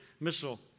missile